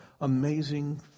amazing